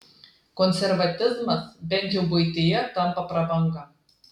konservatizmas bent jau buityje tampa prabanga